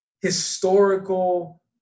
historical